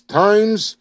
times